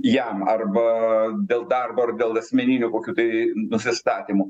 jam arba dėl darbo ar dėl asmeninių kokių tai nusistatymų